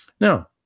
Now